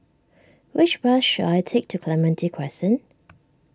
which bus should I take to Clementi Crescent